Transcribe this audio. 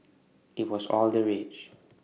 IT was all the rage